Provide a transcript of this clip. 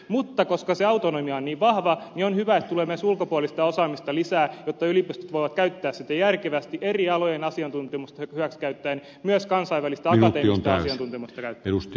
mutta koska se autonomia on niin vahva on hyvä että tulee myös ulkopuolista osaamista lisää jotta yliopistot voivat käyttää sitten järkevästi eri alojen asiantuntemusta hyväksi myös kansainvälistä akateemista asiantuntemusta